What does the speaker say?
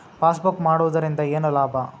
Passbook ಮಾಡುದರಿಂದ ಏನು ಲಾಭ?